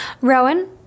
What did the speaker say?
Rowan